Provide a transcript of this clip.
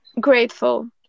grateful